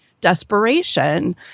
desperation